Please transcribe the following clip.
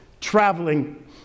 traveling